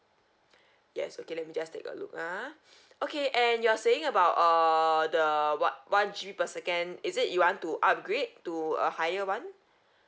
yes okay let me just take a look ah okay and you are saying about err the what one G per second is it you want to upgrade to a higher [one]